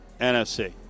NFC